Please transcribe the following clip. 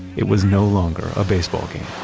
it was no longer a baseball game